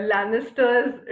Lannisters